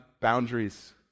boundaries